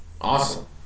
awesome